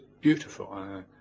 beautiful